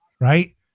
right